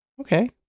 Okay